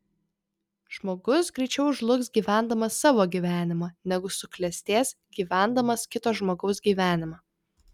žmogus greičiau žlugs gyvendamas savo gyvenimą negu suklestės gyvendamas kito žmogaus gyvenimą